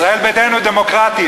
ישראל ביתנו דמוקרטית.